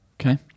Okay